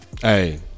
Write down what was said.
Hey